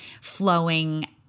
flowing